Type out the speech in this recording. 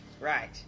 right